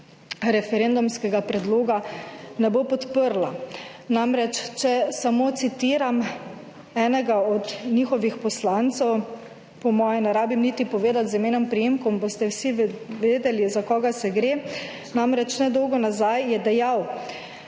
referendumskega predloga ne bo podprla. Namreč, če samo citiram enega od njihovih poslancev, po moje ne rabim niti povedati z imenom in priimkom, boste vsi vedeli za koga se gre. Namreč, nedolgo nazaj je dejal,